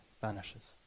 vanishes